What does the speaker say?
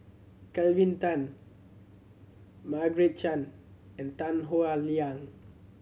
Kelvin Tan Margaret Chan and Tan Howe Liang